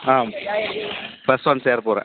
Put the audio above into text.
ஆ plus one சேரப் போகிறேன்